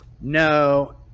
No